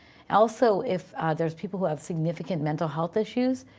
also, if there's people who have significant mental health issues,